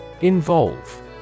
Involve